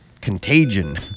contagion